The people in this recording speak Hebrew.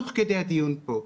תוך כדי הדיון פה,